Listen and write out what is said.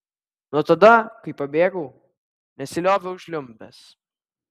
nuo tada kai pabėgau nesilioviau žliumbęs